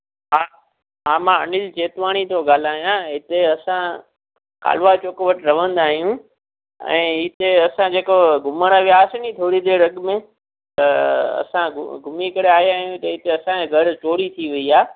हा हा मां अनिल जेतवाणी थो ॻाल्हायां हिते असां कालवा चौक वटि रहंदा आहियूं ऐं हिते असां जेको घुमणु वियासी नी थोरी देरि अॻ में त असां घुमीं करे आया आहियूं त हिते असांजे घरि चोरी थी वेई आहे